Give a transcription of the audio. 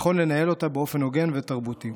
נכון לנהל אותה באופן הוגן ותרבותי.